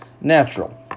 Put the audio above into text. natural